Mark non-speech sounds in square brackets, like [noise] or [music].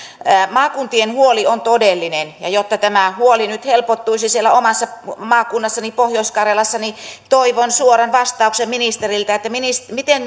maakuntien huoli on todellinen ja jotta tämä huoli nyt helpottuisi siellä omassa maakunnassani pohjois karjalassa niin toivon suoran vastauksen ministeriltä että miten [unintelligible]